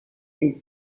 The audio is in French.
est